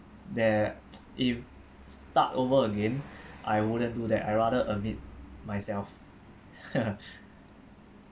there if start over again I wouldn't do that I'd rather admit myself